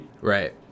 Right